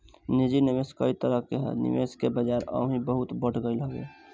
निजी निवेश कई तरह कअ निवेश के बाजार अबही बहुते बढ़ गईल हवे